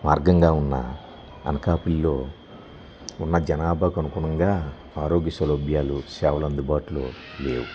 మార్గంగా ఉన్న అనకాపిల్లో ఉన్న జనాభాకు అనుకుణంగా ఆరోగ్య సౌలభ్యాలు సేవలందుబాటులో లేవు